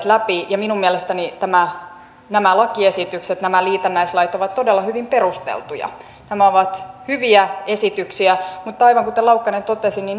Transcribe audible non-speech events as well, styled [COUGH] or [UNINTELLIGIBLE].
[UNINTELLIGIBLE] läpi ja minun mielestäni nämä lakiesitykset nämä liitännäislait ovat todella hyvin perusteltuja nämä ovat hyviä esityksiä mutta aivan kuten laukkanen totesi